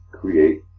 create